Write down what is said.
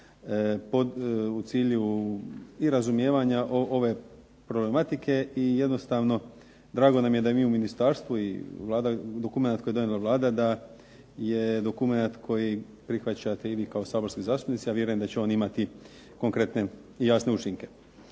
u cilju i razumijevanje ove problematike i jednostavno drago nam je da i mi u Ministarstvu dokument koji je donijela Vlada da je dokument koji prihvaćate i vi kao saborski zastupnici, a vjerujem da će on imati konkretne i jasne učinke.